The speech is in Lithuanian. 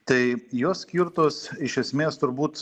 tai jos skirtos iš esmės turbūt